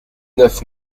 neuf